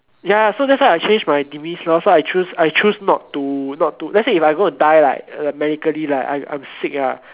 ya ya so that's why I change my demise lor so I choose I choose not to not to let's say if I'm going to die like medically like like I'm sick ya